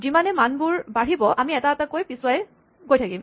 যিমানে মানবোৰ বাঢ়িব আমি এটা এটাকে পিচুৱাই গৈ থাকিম